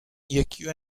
یکیو